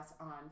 on